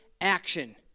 action